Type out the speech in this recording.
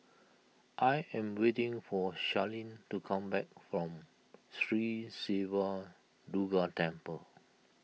I am waiting for Charlene to come back from Sri Siva Durga Temple